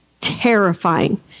terrifying